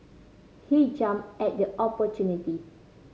he jumped at the opportunity